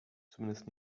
zumindest